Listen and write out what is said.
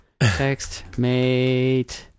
TextMate